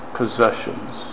possessions